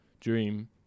dream